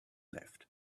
left